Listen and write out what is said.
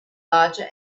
larger